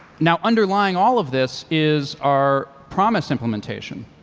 now underlying all of this is our promise implementation,